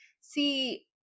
See